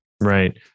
Right